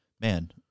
man